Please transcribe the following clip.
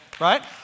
Right